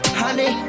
honey